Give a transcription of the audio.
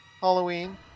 halloween